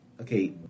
okay